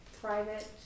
private